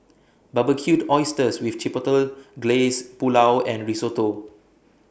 Barbecued Oysters with Chipotle Glaze Pulao and Risotto